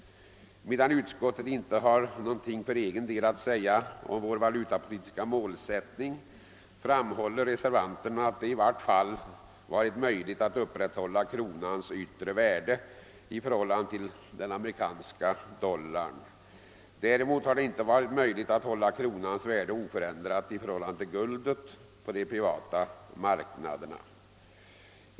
Medan utskottet inte har någonting för egen del att säga om vår valutapolitiska målsättning, framhåller reservanterna att det i vart fall varit möjligt att upprätthålla kronans yttre värde i förhållande till den amerikanska dollarn. Däremot har det icke varit möjligt att hålla kronans värde oförändrat i förhållande till guldet på de privata marknaderna.